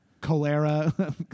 cholera